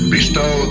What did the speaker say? bestow